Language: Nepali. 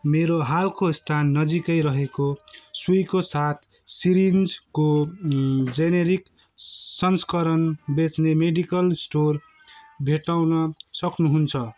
मेरो हालको स्टान नजिकै रहेको सुईको साथ सिरिन्जको जेनेरिक संस्करण बेच्ने मेडिकल स्टोर भेट्टाउन सक्नुहुन्छ